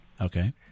Okay